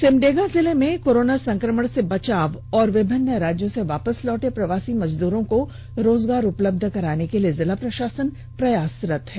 सिमडेगा जिले में कोरोना संक्रमण से बचाव और विभिन्न राज्यों से वापस लौटे प्रवासी मजदूरों को रोजगार उपलब्ध कराने के लिए जिला प्रषासन प्रयासरत है